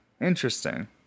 Interesting